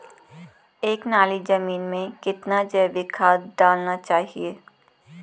एक नाली जमीन में कितना जैविक खाद डालना चाहिए?